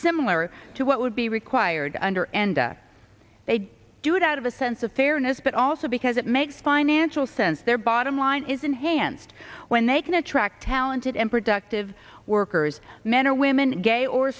similar to what would be required under enda they do it out of a sense of fairness but also because it makes financial sense their bottom line is enhanced when they can attract talented and productive workers men or women gay or